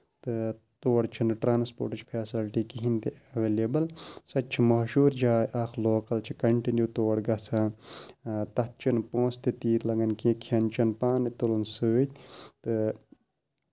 تہٕ تور چھِنہٕ ٹرانَسپوٹٕچ فیسَلٹی کِہینۍ تہِ ایٚولیبٕل سۄ تہِ چھےٚ مَشہوٗر جاے اکھ لوکَل چھِ کَنٹِنیو تور گژھان تَتھ چھِنہٕ پونٛسہٕ تہِ تیٖتۍ لَگان کیٚنہہ کھٮ۪ن چٮ۪ن پانہٕ تُلُن سۭتۍ تہٕ